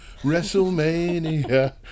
WrestleMania